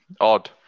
Odd